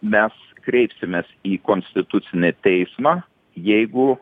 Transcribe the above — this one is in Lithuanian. mes kreipsimės į konstitucinį teismą jeigu